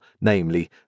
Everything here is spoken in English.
namely